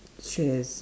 shares